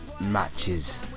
matches